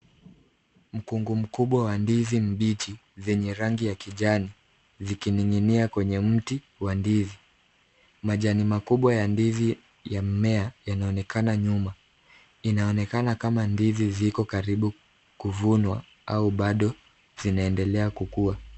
Mkungu mkubwa wa ndizi mbichi zenye rangi ya kijani, zikining'inia kwenye mti wa ndizi. Majani makubwa ya ndizi ya mmea yanaonekana nyuma. Inaonekana kama ndizi ziko karibu kuvunwa au bado zinaendelea kukua.